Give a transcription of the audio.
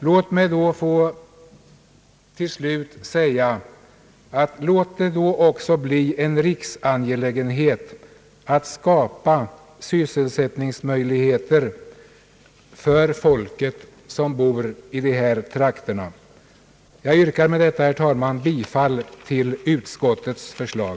Låt mig till slut få säga: Låt det då också bli en riksangelägenhet att skapa sysselsättningsmöjligheter för folket som bor i dessa trakter. Jag ber med detta, herr talman, att få yrka bifall till utskottets förslag.